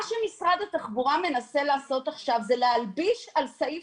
מה שמשרד התחבורה מנסה לעשות עכשיו זה להלביש על סעיף